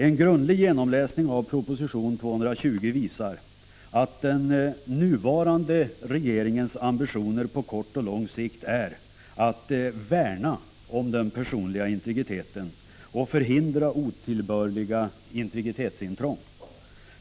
En grundlig genomläsning av proposition 220 visar att den nuvarande regeringens ambitioner på kort och lång sikt är att värna om den personliga integriteten och att förhindra otillbörliga integritetsintrång.